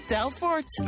Telfort